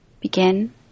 Begin